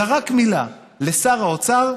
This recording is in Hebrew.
זרק מילה לשר האוצר.